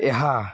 ଏହା